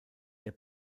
der